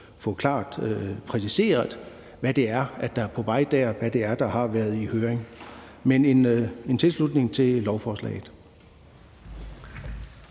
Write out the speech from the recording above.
få klart præciseret, hvad det er, der er på vej der, hvad det er, der har været i høring. Men vi tilslutter os lovforslaget.